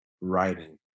writing